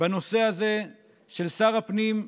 בנושא הזה של שר הפנים,